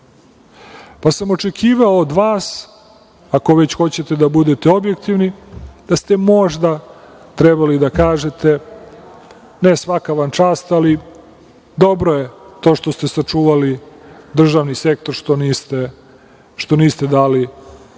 Pa, sam očekivao od vas, ako već hoćete da budete objektivni da ste možda trebali da kažete, ne, svaka vam čast, ali dobro je to što ste sačuvali državni sektor, što niste dali, što